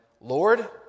Lord